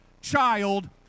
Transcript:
child